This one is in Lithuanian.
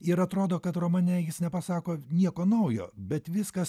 ir atrodo kad romane jis nepasako nieko naujo bet viskas